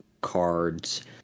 cards